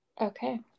Okay